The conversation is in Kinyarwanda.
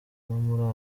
muri